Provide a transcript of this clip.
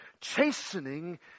Chastening